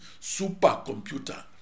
supercomputer